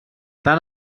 tant